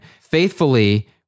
Faithfully